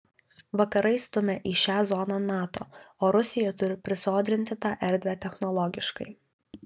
vakarai stumia į šią zoną nato o rusija turi prisodrinti tą erdvę technologiškai